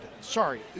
sorry